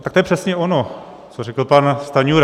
Tak to je přesně ono, co řekl pan Stanjura.